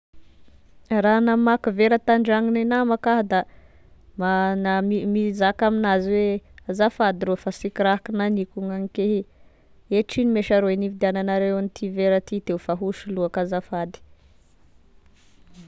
Raha namaky vera tandragnone namako aho da ma- na mi- mizaka aminazy hoe: azafady rô fa sy ky raha kinaniko gn'anike i, etrigno me sha rô e nividiagnanareo agn'ity vera ty teo fa soloiko azafady.